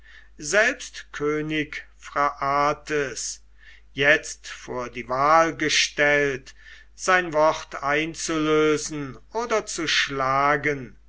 selbst könig phraates jetzt vor die wahl gestellt sein wort einzulösen oder zu schlagen